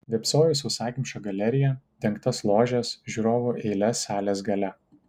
vėpsojau į sausakimšą galeriją dengtas ložes žiūrovų eiles salės gale